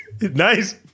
Nice